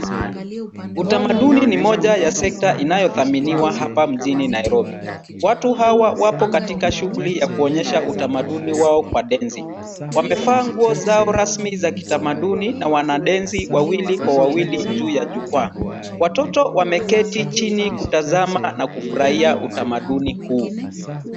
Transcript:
Utamaduni ni moja ya sekta inayothaminiwa hapa mjini Nairobi. Watu hawa wapo katika shughuli ya kuonyesha utamaduni wao kwa densi. Wamevaa nguo zao rasmi za kitamaduni, na wanadensi wawili kwa wawili juu ya jukwaa. Watoto wameketi chini kutazama na kufurahia utamaduni huu.